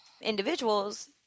individuals